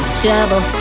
trouble